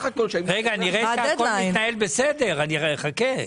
רגע, נראה שהכול מתנהל בסדר, חכה.